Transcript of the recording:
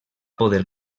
poder